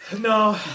No